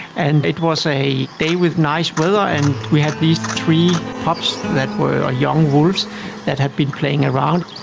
and it was a day with nice weather and we had these three pups that were ah young wolves that had been playing around.